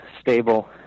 stable